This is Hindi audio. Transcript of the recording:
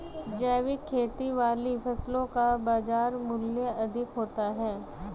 जैविक खेती वाली फसलों का बाजार मूल्य अधिक होता है